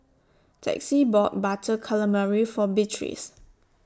Texie bought Butter Calamari For Beatriz